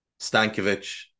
Stankovic